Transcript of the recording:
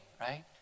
right